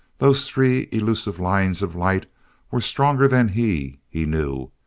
those three elusive lines of light were stronger than he, he knew,